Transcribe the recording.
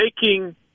taking